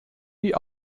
die